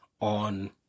on